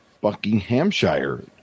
Buckinghamshire